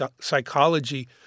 psychology